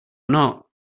not